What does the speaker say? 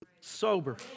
Sober